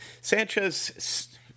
Sanchez